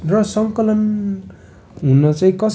र सङ्कलन हुन चाहिँ कस